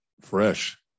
fresh